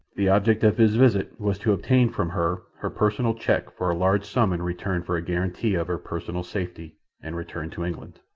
the object of his visit was to obtain from her her personal cheque for a large sum in return for a guarantee of her personal safety and return to england.